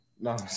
No